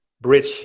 bridge